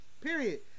Period